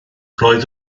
roedd